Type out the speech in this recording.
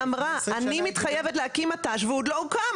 ואמרה אני מתחייבת להקים מט"ש והוא עוד לא הוקם,